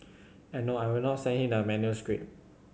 and no I will not send him the manuscript